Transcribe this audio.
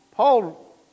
Paul